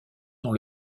dans